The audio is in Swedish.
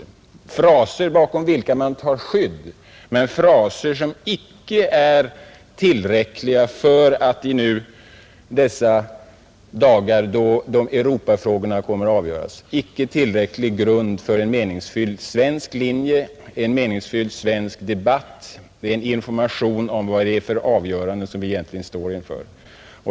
Det är fraser bakom vilka man tar skydd men fraser som icke är tillräckliga för att nu i dessa dagar, då Europafrågorna kommer att avgöras, utgöra grund för en meningsfylld svensk linje, en meningsfylld svensk debatt, en information om vad det är för avgörande som vi egentligen står inför.